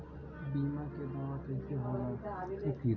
बीमा के दावा कईसे होला?